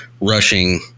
rushing